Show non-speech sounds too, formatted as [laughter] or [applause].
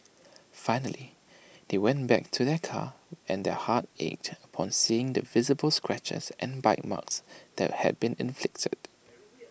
finally they went back to their car and their hearts ached upon seeing the visible scratches and bite marks that had been inflicted [noise]